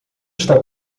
está